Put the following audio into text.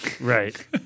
Right